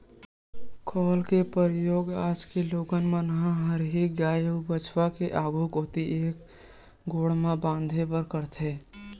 खोल के परियोग आज के लोगन मन ह हरही गाय अउ बछवा के आघू कोती के एक गोड़ म बांधे बर करथे